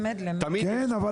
כן אבל